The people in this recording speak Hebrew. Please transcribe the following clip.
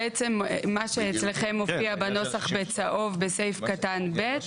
בעצם מה שמופיע בצהוב בסעיף קטן (ב)